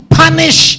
punish